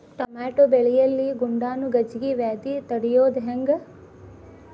Tomato ಬೆಳೆಯಲ್ಲಿ ದುಂಡಾಣು ಗಜ್ಗಿ ವ್ಯಾಧಿ ತಡಿಯೊದ ಹೆಂಗ್?